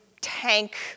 tank